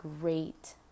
great